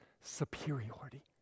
superiority